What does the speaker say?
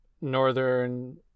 northern